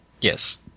yes